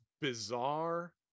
bizarre